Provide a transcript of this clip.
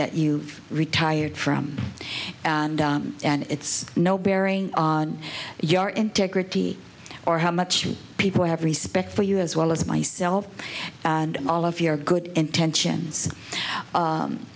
that you've retired from and it's no bearing on your integrity or how much people have respect for you as well as myself and all of your good intentions